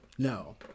no